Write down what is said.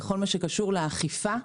בכל מה שקשור לאכיפה,